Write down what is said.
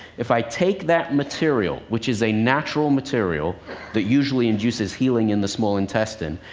if i take that material, which is a natural material that usually induces healing in the small intestine,